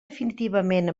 definitivament